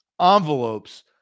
Envelopes